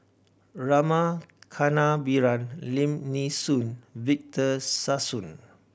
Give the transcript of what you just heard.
Rama Kannabiran Lim Nee Soon Victor Sassoon